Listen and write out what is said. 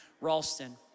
Ralston